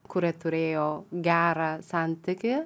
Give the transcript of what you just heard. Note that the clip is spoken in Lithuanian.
kurie turėjo gerą santykį